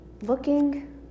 Looking